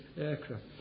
aircraft